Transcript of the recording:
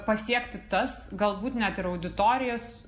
pasiekti tas galbūt net ir auditorijas